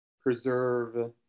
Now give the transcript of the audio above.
preserve